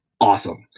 awesome